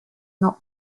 not